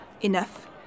Enough